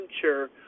future